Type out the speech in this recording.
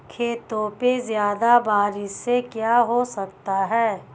खेतों पे ज्यादा बारिश से क्या हो सकता है?